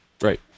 right